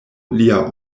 lia